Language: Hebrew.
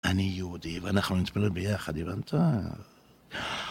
אני יהודי ואנחנו נתמודד ביחד, הבנת?